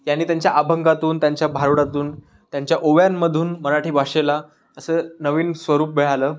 यांनी त्यांच्या अभंगातून त्यांच्या भारुडातून त्यांच्या ओव्यांमधून मराठी भाषेला असं नवीन स्वरूप मिळालं